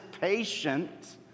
patient